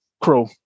Crow